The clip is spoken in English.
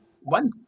one